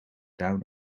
down